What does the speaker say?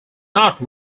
not